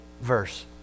verse